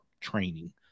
training